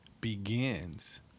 begins